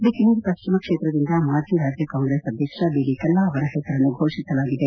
ಬಿಕನೇರ್ ಪಶ್ಚಿಮ ಕ್ಷೇತ್ರದಿಂದ ಮಾಜಿ ರಾಜ್ಯ ಕಾಂಗ್ರೆಸ್ ಅಧ್ಯಕ್ಷ ಬಿ ಡಿ ಕಲ್ಲಾ ಅವರ ಹೆಸರನ್ನು ಘೋಷಿಸಲಾಗಿದೆ